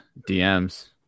DMs